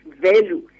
value